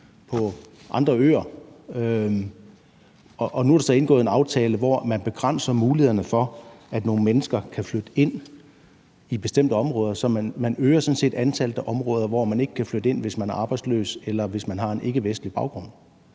ud til øer. Nu er der så indgået en aftale, hvor man begrænser mulighederne for, at nogle mennesker kan flytte ind i bestemte områder. Så man øger sådan set antallet af områder, hvor man ikke kan flytte ind, hvis man er arbejdsløs, eller hvis man har en ikkevestlig baggrund.